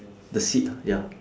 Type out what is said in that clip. the seat ya